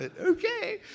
Okay